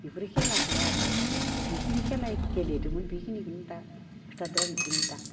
बेफोर खेलाखौलाय आरो जिखिनि खेला गेलेदोमोन बेखिनिखौनो दा खिथादोरा